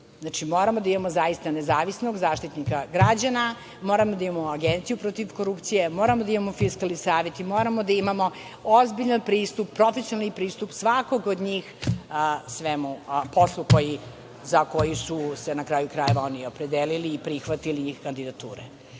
Znači, moramo da imamo zaista nezavisnog Zaštitnika građana, moramo da imamo Agenciju za borbu protiv korupcije, moramo da imamo Fiskalni savet i moramo da imamo ozbiljan pristup, profesionalan pristup svakog od njih poslu za koji su se, na kraju krajeva, oni opredelili i prihvatili kandidature. Što